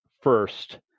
first